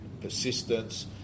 persistence